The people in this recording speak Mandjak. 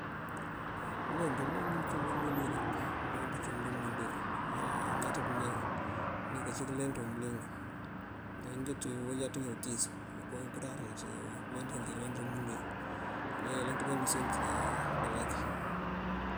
Mëleenţ, mëleenţ acúum ţí umúndu wí de, mëleenţ acúum ţí umúndu wí, áa añaţ pëme mekací mëleenţwum bëliŋ. Me injí ţí uwejaţ injí utíis kowí kuráarwí ţí këleenţ kancí kaleenţa ţí umúndu wí, manjá ayëlan këleenţ usent ná balak.